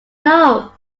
know